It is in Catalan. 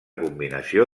combinació